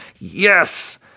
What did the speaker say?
yes